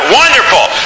wonderful